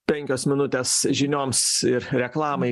penkios minutės žinioms ir reklamai